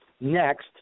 Next